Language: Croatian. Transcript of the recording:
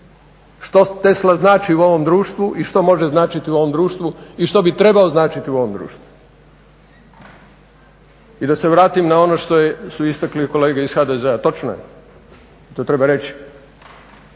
Što Tesla znači u ovom društvu i što može značiti u ovom društvu i što bi trebao značiti u ovom društvu. I da se vratim na ono što su istakli kolege iz HDZ-a. Točno je, to treba reći,